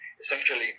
essentially